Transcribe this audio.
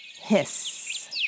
hiss